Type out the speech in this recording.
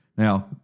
Now